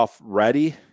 ready